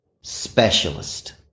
Specialist